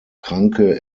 kranke